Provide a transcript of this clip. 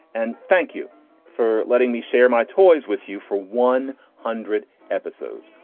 and thank you for letting me share my toys with you for one hundred episodes.